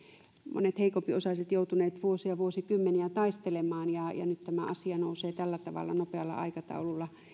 monet heikompiosaiset ovat joutuneet vuosia vuosikymmeniä taistelemaan ja ja nyt tämä asia nousee tällä tavalla nopealla aikataululla